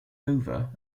over